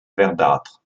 verdâtre